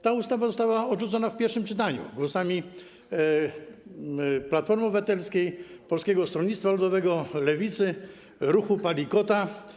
Ta ustawa została odrzucona w pierwszym czytaniu głosami Platformy Obywatelskiej, Polskiego Stronnictwa Ludowego, Lewicy, Ruchu Palikota.